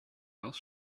else